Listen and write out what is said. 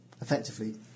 effectively